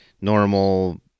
normal